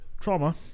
Trauma